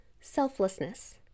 selflessness